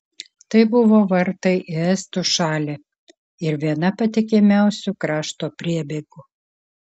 tai buvo vartai į estų šalį ir viena patikimiausių krašto priebėgų